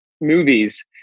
movies